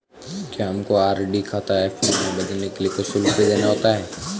क्या हमको आर.डी खाता एफ.डी में बदलने के लिए कुछ शुल्क भी देना होता है?